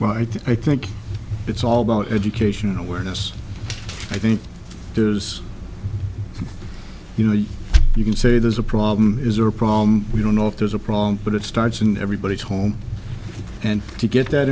right i think it's all about education and awareness i think there's you know you can say there's a problem is there a problem we don't know if there's a problem but it starts in everybody's home and to get that